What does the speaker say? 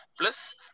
plus